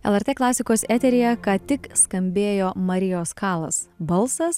lrt klasikos eteryje ką tik skambėjo marijos kalas balsas